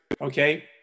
Okay